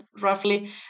roughly